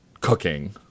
cooking